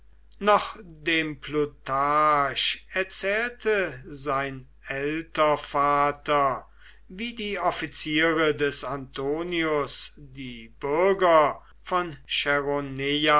noch dem plutarch erzählte sein ältervater wie die offiziere des antonius die bürger von